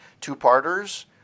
two-parters